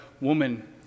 woman